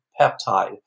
peptide